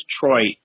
Detroit